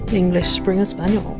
english springer spaniel.